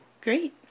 Great